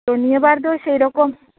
ᱛᱚ ᱱᱤᱭᱟ ᱵᱟᱨ ᱫᱚ ᱥᱮᱭᱨᱚᱠᱚᱢ